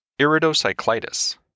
iridocyclitis